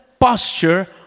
posture